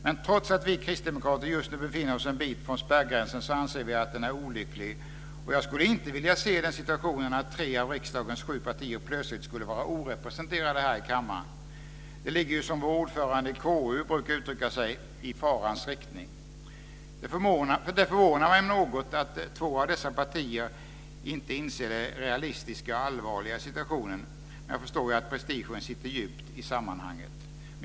Men trots att vi kristdemokrater just nu befinner oss en bit från spärrgränsen anser vi att den är olycklig, och jag skulle inte vilja se den situationen att tre av riksdagen sju partier plötsligt skulle vara orepresenterade här i kammaren. Det ligger ju, som vår ordförande i KU brukar uttrycka sig, "i farans riktning". Det förvånar mig något att två av dessa partier inte inser det realistiska och allvarliga i situationen. Men jag förstår att prestigen sitter djupt i sammanhanget.